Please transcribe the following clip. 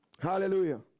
Hallelujah